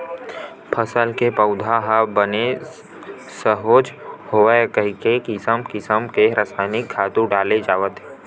फसल के पउधा ह बने सजोर होवय कहिके किसम किसम के रसायनिक खातू डाले जावत हे